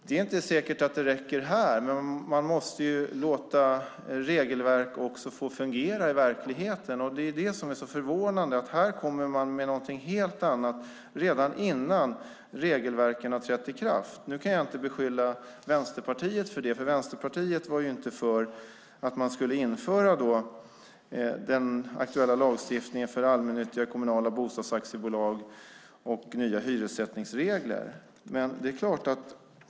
Det är inte säkert att det räcker, men man måste låta regelverk få fungera i verkligheten. Det är förvånande att man kommer med något annat redan innan regelverken har trätt i kraft. Jag kan inte beskylla Vänsterpartiet för det. Vänsterpartiet var inte för att man skulle införa den aktuella lagstiftningen för allmännyttiga och kommunala bostadsaktiebolag och nya hyressättningsregler.